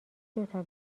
دوتا